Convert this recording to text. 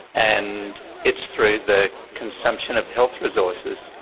and it's through the consumption of health resources.